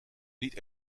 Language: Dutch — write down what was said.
niet